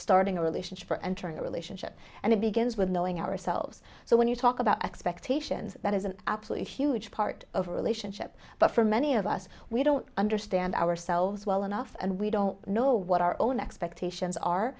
starting a relationship or entering a relationship and it begins with knowing ourselves so when you talk about expectations that is an absolutely huge part of a relationship but for many of us we don't understand ourselves well enough and we don't know what our own expectations are